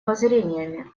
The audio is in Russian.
воззрениями